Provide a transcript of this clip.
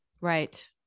Right